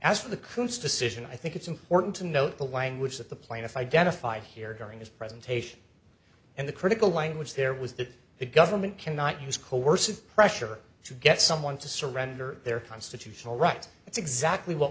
as to the coos decision i think it's important to note the language that the plaintiff identified here during his presentation and the critical language there was that the government cannot use coercive pressure to get someone to surrender their constitutional right it's exactly what